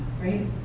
right